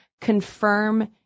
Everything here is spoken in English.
confirm